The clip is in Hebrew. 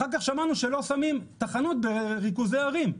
אחר כך שמענו שלא שמים תחנות בריכוזי ערים.